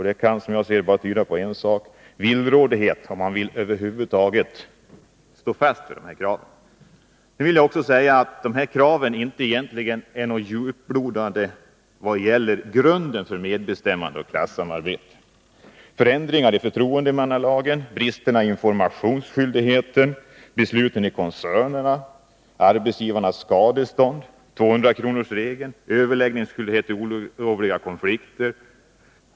Det kan som jag ser det bara tyda på en sak: villrådighet om huruvida man över huvud taget skall stå fast vid sina krav. Nu vill jag säga att dessa krav egentligen inte är särskilt djuplodande i vad det gäller grunderna för medbestämmande och klassamarbete. Förslagen rör förändringar i förtroendemannalagen, bristerna i informationsskyldigheten, besluten i koncernerna, arbetsgivarnas skadeståndsskyldighet, 200-kronorsregeln och överläggningsskyldighet vid olovliga konflikter.